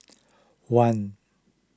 one